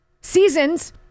seasons